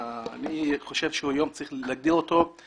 אני חושב שזה יום בו צריך לשמוע את